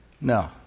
No